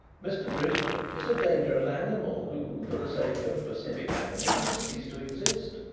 mr. drishna is a dangerous animal who for the sake of pacific animals must cease to exist.